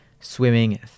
swimming